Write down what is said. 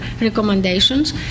recommendations